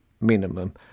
minimum